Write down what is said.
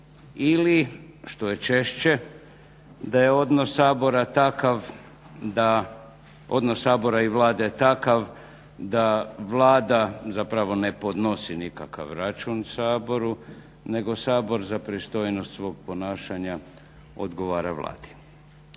je odnos Sabora takav, odnos Sabora i Vlade je takav da Vlada zapravo ne podnosi nikakav račun Saboru, nego Sabor za pristojnost svog ponašanja odgovara Vladi.